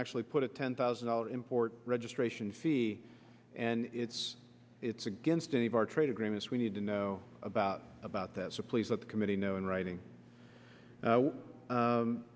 actually put a ten thousand dollar import registration fee and it's it's against any of our trade agreements we need to know about about that supplies that the committee know in writing